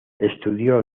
estudió